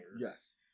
Yes